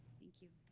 thank you.